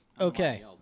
Okay